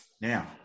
now